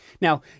Now